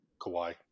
Kawhi